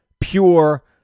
pure